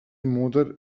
moder